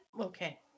Okay